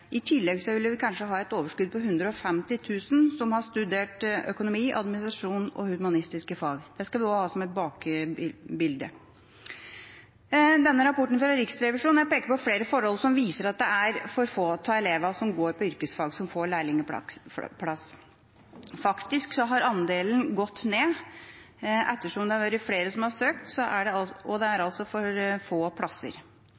I tillegg vil vi kanskje ha et overskudd på 150 000 som har studert økonomi, administrasjon og humanistiske fag. Det skal vi også ha som et bakteppe. Denne rapporten fra Riksrevisjonen peker på flere forhold som viser at det er for få av elevene som går på yrkesfag, som får lærlingplass. Faktisk har andelen gått ned, ettersom det har vært flere som har søkt. Det er altså for få plasser. En lærlingplass er